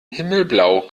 himmelblau